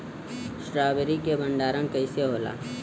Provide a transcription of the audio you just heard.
Strawberry के भंडारन कइसे होला?